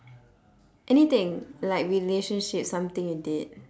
anything like relationships something you did